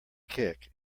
kick